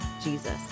Jesus